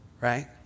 Right